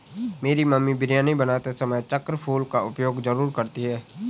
मेरी मम्मी बिरयानी बनाते समय चक्र फूल का उपयोग जरूर करती हैं